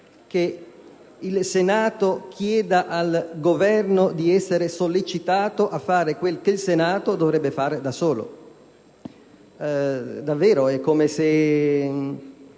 che il Senato chieda al Governo di essere sollecitato a fare quello che il Senato già dovrebbe fare da solo. È come se